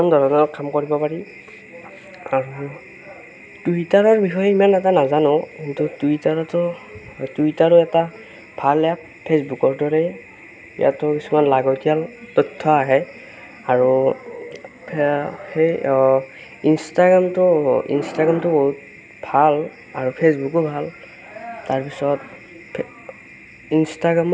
নানান ধৰণৰ কাম কৰিব পাৰি আৰু টুইটাৰৰ বিষয়ে ইমান এটা নাজানো কিন্তু টুইটাৰতো টুইটাৰ এটা ভাল এপ ফেচবুকৰ দৰে ইয়াতো কিছুমান লাগতিয়াল তথ্য আহে আৰু সেই ইনষ্টাগ্ৰামটো ইনষ্টাগ্ৰামটো বহুত ভাল আৰু ফেচবুকো ভাল তাৰপিছত